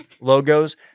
logos